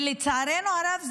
ולצערנו הרב,